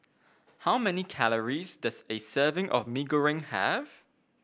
how many calories does a serving of Mee Goreng have